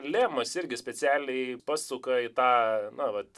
lėmas irgi specialiai pasuka į tą na vat